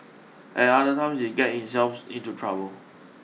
at other times he get himself into trouble